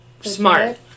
smart